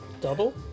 Double